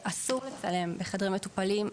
אסור לצלם בחדרי מטופלים,